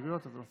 סעיפים 1 4